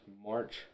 March